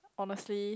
honestly